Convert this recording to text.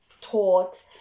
taught